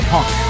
Punk